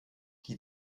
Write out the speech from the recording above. die